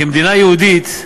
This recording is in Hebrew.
כמדינה יהודית,